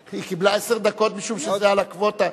היא קיבלה עשר דקות משום שזה על הקווטה.